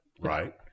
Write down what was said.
right